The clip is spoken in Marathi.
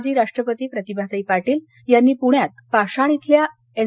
माजी राष्ट्रपती प्रतिभाताई पाटील यांनी पुण्यात पाषाण इथल्या एन